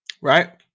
Right